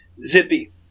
zippy